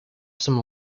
some